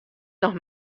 noch